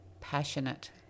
passionate